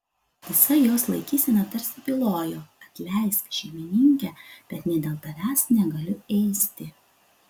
visa jos laikysena tarsi bylojo atleisk šeimininke bet net dėl tavęs negaliu ėsti